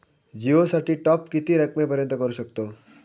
जिओ साठी टॉप किती रकमेपर्यंत करू शकतव?